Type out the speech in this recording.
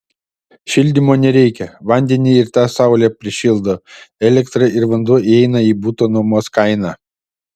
šildymo nereikia vandenį ir tą saulė prišildo elektra ir vanduo įeina į buto nuomos kainą